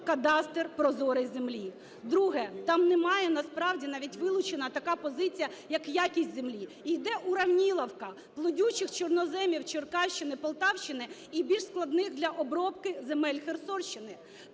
кадастр прозорий землі. Друге. Там нема, насправді, навіть вилучена така позиція, як якість землі, і йде уравниловка плодючих чорноземів Черкащини, Полтавщини і більш складних для обробки земель Херсонщини.